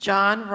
John